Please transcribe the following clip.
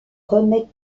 remèdes